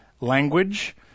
language